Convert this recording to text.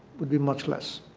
would be much less.